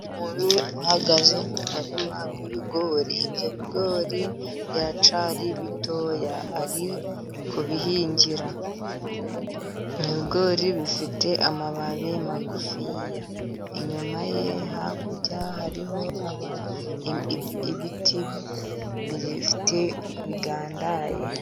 Umuntu uhagaze mu murima w'ibigori. Ibyo bigori biracyari bitoya, ari kubihingira. Ibigori bifite amababi magufiya inyuma ye hakurya hariho ibiti bigandaye.